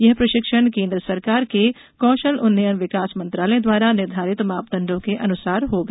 यह प्रशक्षिण केन्द्र सरकार के कौशल उन्नयन विकास मंत्रालय द्वारा निर्धारित मापदंडों के अनुसार होगा